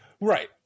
Right